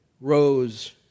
rose